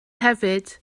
hefyd